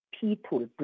people